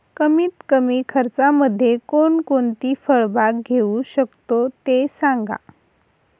कमीत कमी खर्चामध्ये कोणकोणती फळबाग घेऊ शकतो ते सांगा